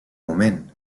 moment